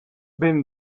been